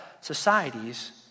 societies